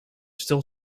still